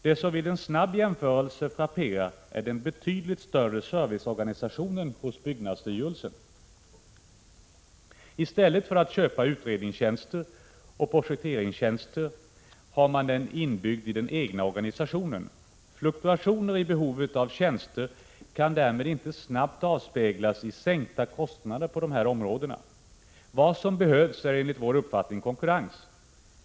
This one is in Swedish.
Det som vid en snabb jämförelse frapperar är den betydligt större serviceorganisationen hos byggnadsstyrelsen. I stället för att köpa utredningstjänster och projekteringstjänster har man dem inbyggda i den egna organisationen. Fluktuationen i behovet av tjänster kan därför inte snabbt avspeglas i sänkta kostnader på de här områdena. Det som behövs är enligt vår uppfattning konkurrens.